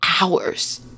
hours